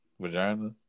vagina